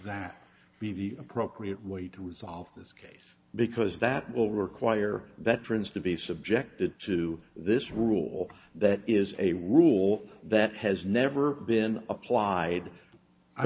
that be the appropriate way to resolve this case because that will require that prince to be subjected to this rule that is a rule that has never been applied i